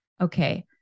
Okay